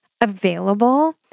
available